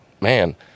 man